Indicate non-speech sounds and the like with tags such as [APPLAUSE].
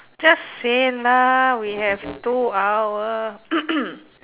just say lah we have two hour [NOISE]